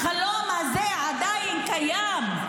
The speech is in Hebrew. החלום הזה עדיין קיים.